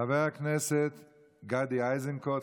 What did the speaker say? חבר הכנסת גדי איזנקוט,